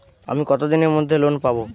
আমি কতদিনের মধ্যে লোন পাব?